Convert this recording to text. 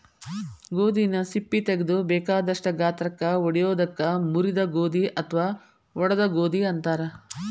ಗೋಧಿನ ಸಿಪ್ಪಿ ತಗದು ಬೇಕಾದಷ್ಟ ಗಾತ್ರಕ್ಕ ಒಡಿಯೋದಕ್ಕ ಮುರಿದ ಗೋಧಿ ಅತ್ವಾ ಒಡದ ಗೋಧಿ ಅಂತಾರ